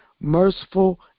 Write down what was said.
merciful